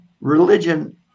religion